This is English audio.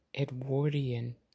Edwardian